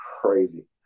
crazy